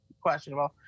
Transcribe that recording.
Questionable